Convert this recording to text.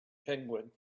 penguin